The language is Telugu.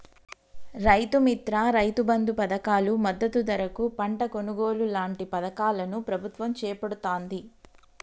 రైతు మిత్ర, రైతు బంధు పధకాలు, మద్దతు ధరకు పంట కొనుగోలు లాంటి పధకాలను ప్రభుత్వం చేపడుతాంది